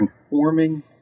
conforming